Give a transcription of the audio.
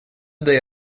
dig